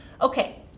Okay